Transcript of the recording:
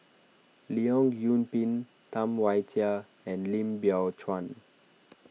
Leong Yoon Pin Tam Wai Jia and Lim Biow Chuan